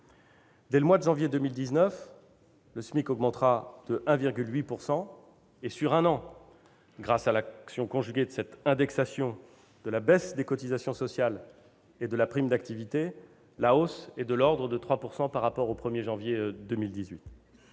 Dès le mois de janvier 2019, le SMIC augmentera de 1,8 %. Sur un an, grâce à l'action conjuguée de cette indexation de la baisse des cotisations sociales et de la prime d'activité, la hausse est de l'ordre de 3 % par rapport au 1 janvier 2018.